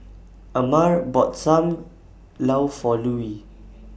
Amare bought SAM Lau For Lulie